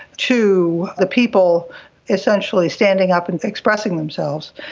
to the people essentially standing up and expressing themselves.